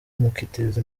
mukiteza